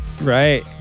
Right